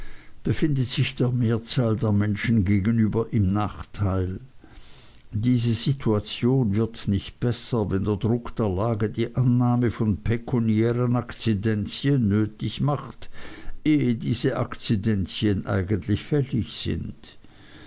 befindet sich der mehrzahl der menschen gegenüber im nachteil diese situation wird nicht besser wenn der druck der lage die annahme von pekuniären akzidenzien nötig macht ehe diese akzidenzien eigentlich fällig sind